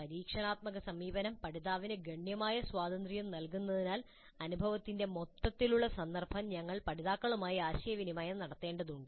പരീക്ഷണാത്മക സമീപനം പഠിതാവിന് ഗണ്യമായ സ്വാതന്ത്ര്യം നൽകുന്നതിനാൽ അനുഭവത്തിന്റെ മൊത്തത്തിലുള്ള സന്ദർഭം ഞങ്ങൾ പഠിതാക്കളുമായി ആശയവിനിമയം നടത്തേണ്ടതുണ്ട്